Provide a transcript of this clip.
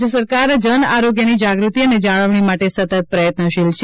રાજ્ય સરકાર જનઆરોગ્યની જાગૃતિ અને જાળવણી માટે સતત પ્રયત્નશીલ છે